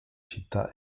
città